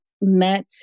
met